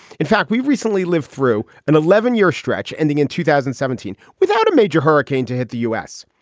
in fact we've recently lived through an eleven year stretch ending in two thousand and seventeen without a major hurricane to hit the u s.